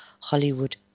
Hollywood